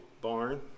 barn